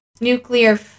nuclear